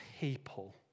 people